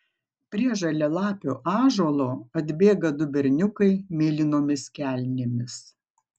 prie žalialapio ąžuolo atbėga du berniukai mėlynomis kelnėmis